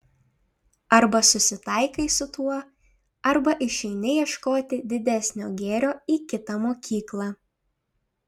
arba susitaikai su tuo arba išeini ieškoti didesnio gėrio į kitą mokyklą